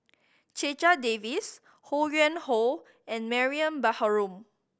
Checha Davies Ho Yuen Hoe and Mariam Baharom